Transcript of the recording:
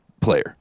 player